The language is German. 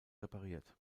repariert